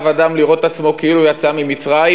אדם לראות את עצמו כאילו יצא ממצרים",